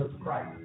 Christ